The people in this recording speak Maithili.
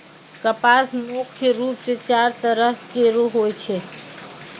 कपास मुख्य रूप सें चार तरह केरो होय छै